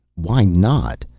why not!